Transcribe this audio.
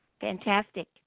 Fantastic